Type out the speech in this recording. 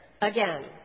Again